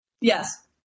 Yes